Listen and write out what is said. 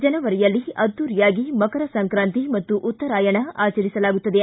ಜನವರಿಯಲ್ಲಿ ಅದ್ದೂರಿಯಾಗಿ ಮಕರ ಸಂಕ್ರಾಂತಿ ಮತ್ತು ಉತ್ತರಾಯಣ ಆಚರಿಸಲಾಗುತ್ತದೆ